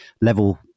level